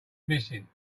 missing